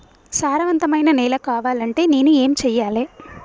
సారవంతమైన నేల కావాలంటే నేను ఏం చెయ్యాలే?